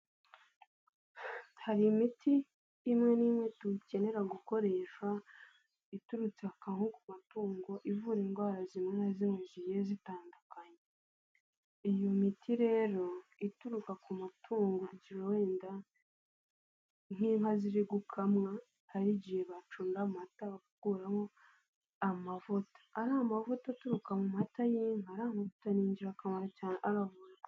Hari imiti imwe n'imwe dukenera gukoresha iturutse nko ku matungo ivura indwara zimwe na zimwe zigiye zitandukanye, iyo miti rero ituruka ku mutungo wenda nk'inka ziri gukamwa hari igihe bacunda amata bakuramo amavuta, ariya mavuta aturuka mu mata y'inka, ariya mavuta n'ingira kamaro cyane...